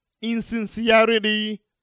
insincerity